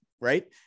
right